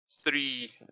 three